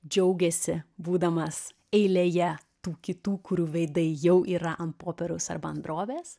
džiaugiasi būdamas eilėje tų kitų kurių veidai jau yra ant popieriaus arba ant drobės